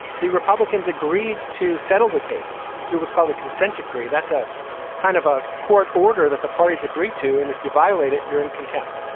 the republicans agreed to settle the case through what's called a consent decree. that's a kind of a court order that the parties agree to. and if you violate it, you're in contempt.